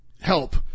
help